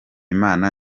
imana